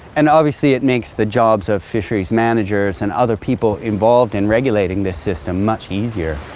and obviously it makes the jobs of fisheries managers and other people involved in regulating this system much easier.